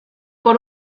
por